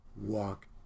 walk